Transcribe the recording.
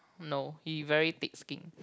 no he very thick skinned